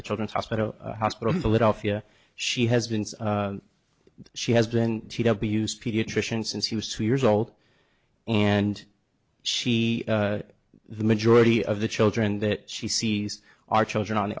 the children's hospital hospital in philadelphia she has been she has been a used pediatrician since he was two years old and she the majority of the children that she sees are children on